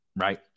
Right